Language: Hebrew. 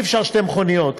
אי-אפשר שתי מכוניות,